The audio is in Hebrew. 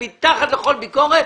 היא מתחת לכל ביקורת.